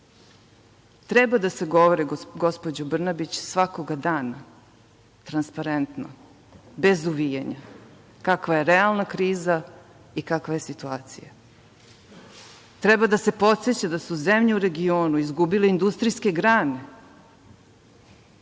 da se govori gospođo Brnabić, svakoga dana, transparentno, bez uvijanja, kakva je realna kriza i kakva je situacija. Treba da se podseća da su zemlje u regionu izgubili industrijske grane.